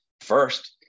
first